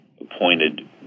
appointed